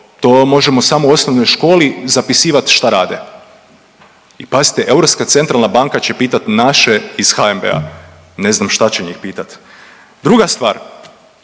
vam možemo samo u osnovnoj školi zapisivat šta rade. I pazite, Europska centralna banka će pitat naše iz HNB-a, ne znam šta će njih pitat. Druga stvar,